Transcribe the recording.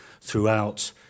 throughout